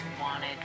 wanted